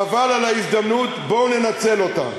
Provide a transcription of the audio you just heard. חבל על ההזדמנות, בואו ננצל אותה.